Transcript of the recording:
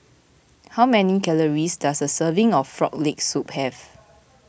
how many calories does a serving of Frog Leg Soup have